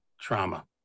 trauma